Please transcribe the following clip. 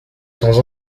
temps